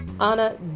Anna